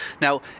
Now